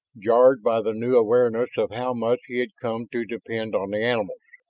jarred by the new awareness of how much he had come to depend on the animals.